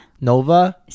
Nova